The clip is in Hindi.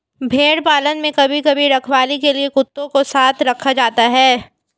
भेड़ पालन में कभी कभी रखवाली के लिए कुत्तों को साथ रखा जाता है